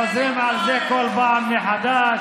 חוזרים על זה בכל פעם מחדש.